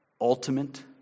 Ultimate